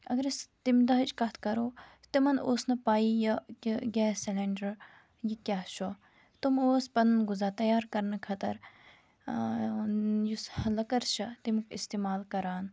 اگر أسۍ تمہِ دۄہٕچ کَتھ کَرو تِمَن اوس نہٕ پَیی یہِ کہِ گیس سِلیٚنڑر یہِ کیاہ چھُ تِم اوس پَنُن غذا تیار کَرنہٕ خٲطر ٲں یُس لٔکٕر چھِ تمیُک استعمال کَران